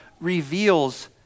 reveals